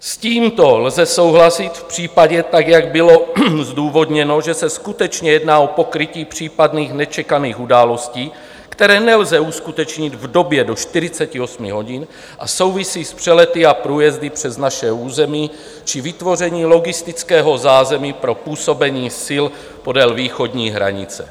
S tímto lze souhlasit v případě, jak bylo zdůvodněno, že se skutečně jedná o pokrytí případných nečekaných událostí, které nelze uskutečnit v době do 48 hodin a souvisí s přelety a průjezdy přes naše území či vytvoření logistického zázemí pro působení sil podél východní hranice.